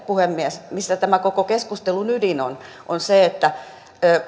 puhemies tämän koko keskustelun ydin on on se että